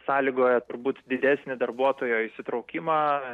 sąlygoja turbūt didesnę darbuotojo įsitraukimą